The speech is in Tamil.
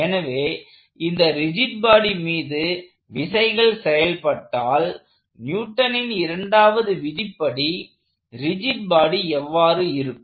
எனவே இந்த ரிஜிட் பாடி மீது விசைகள் செயல்பட்டால் நியூட்டனின் Newton's இரண்டாவது விதிப்படி ரிஜிட் பாடி எவ்வாறு இருக்கும்